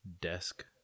desk